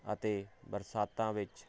ਅਤੇ ਬਰਸਾਤਾਂ ਵਿੱਚ